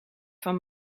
van